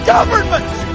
Governments